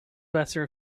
better